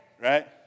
Right